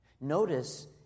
Notice